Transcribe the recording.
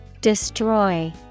Destroy